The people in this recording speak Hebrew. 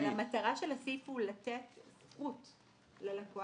אבל המטרה של הסעיף לתת זכות ללקוח,